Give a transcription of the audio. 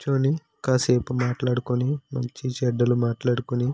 కూర్చొని కాసేపు మాట్లాడుకుని మంచి చెడ్డలు మాట్లాడుకుని